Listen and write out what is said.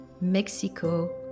Mexico